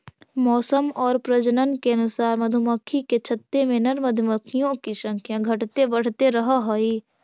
मौसम और प्रजनन के अनुसार मधुमक्खी के छत्ते में नर मधुमक्खियों की संख्या घटते बढ़ते रहअ हई